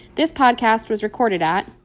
this podcast was recorded at.